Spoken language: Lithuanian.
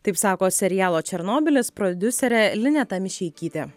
taip sako serialo černobylis prodiuserė lineta mišeikytė